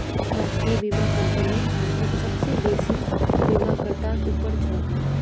राष्ट्रीय बीमा कंपनी भारतत सबसे बेसि बीमाकर्तात उपर छ